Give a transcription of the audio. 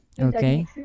Okay